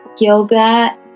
Yoga